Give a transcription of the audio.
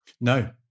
No